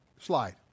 slide